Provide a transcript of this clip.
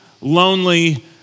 lonely